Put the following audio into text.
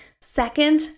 Second